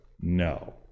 No